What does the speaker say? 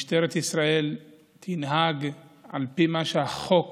משטרת ישראל תנהג על פי מה שהחוק